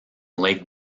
lake